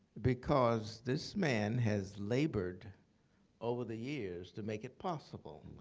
because this man has labored over the years, to make it possible.